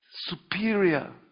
superior